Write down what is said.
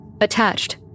Attached